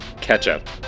Ketchup